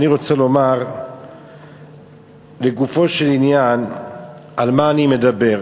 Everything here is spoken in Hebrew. אני רוצה לומר לגופו של עניין על מה אני מדבר.